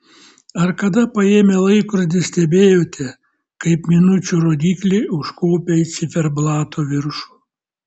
ar kada paėmę laikrodį stebėjote kaip minučių rodyklė užkopia į ciferblato viršų